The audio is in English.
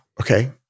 Okay